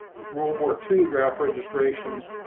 world war two draft registrations